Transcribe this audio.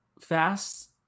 fast